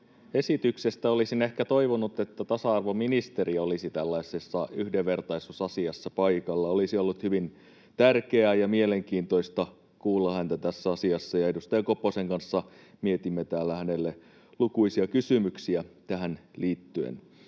esityksestä. Olisin ehkä toivonut, että tasa-arvoministeri olisi tällaisessa yhdenvertaisuusasiassa paikalla. Olisi ollut hyvin tärkeää ja mielenkiintoista kuulla häntä tässä asiassa, ja edustaja Koposen kanssa mietimme täällä hänelle lukuisia kysymyksiä tähän liittyen.